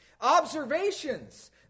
Observations